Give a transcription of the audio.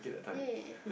ya